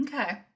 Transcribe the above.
Okay